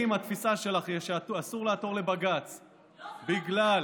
אם התפיסה שלך היא שאסור לעתור לבג"ץ בגלל,